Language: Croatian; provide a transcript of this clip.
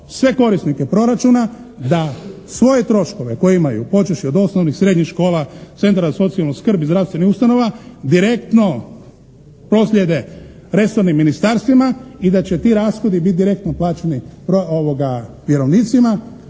sve korisnike proračuna da svoje troškove koje imaju počevši od osnovnih, srednjih škola, centra za socijalnu skrb i zdravstvenih ustanova direktno proslijede resornim ministarstvima i da će ti rashodi biti direktno plaćeni vjerovnicima.